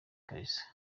kabisa